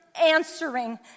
answering